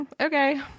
okay